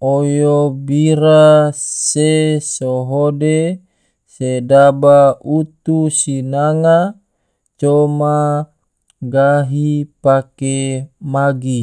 oyo bira se so hode sedaba utu sinanga, coma gahi pake magi.